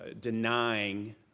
denying